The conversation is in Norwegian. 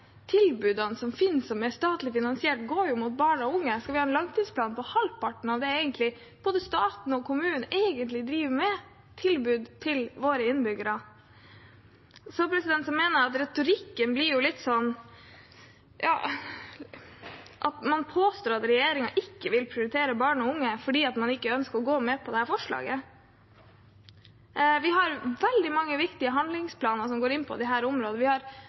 som finnes som er statlig finansiert, går jo til barn og unge. Skal vi ha en langtidsplan for halvparten av det både staten og kommunene egentlig driver med – tilbud til våre innbyggere? Jeg mener retorikken blir litt sånn at man påstår at regjeringen ikke vil prioritere barn og unge, fordi man ikke ønsker å gå med på dette forslaget. Vi har veldig mange viktige handlingsplaner som går inn på disse områdene. Vi har veldig mye god politikk, som det står om i Granavolden-plattformen, ting som man har